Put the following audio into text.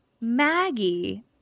Maggie